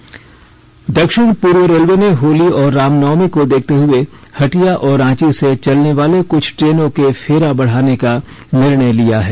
train सेवा दक्षिण पूर्व रेलवे ने होली और रामनवमी को देखते हुए हटिया और रांची से चलने वाली कुछ ट्रेनों के फेरा बढ़ाने का निर्णय लिया है